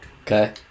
Okay